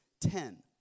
ten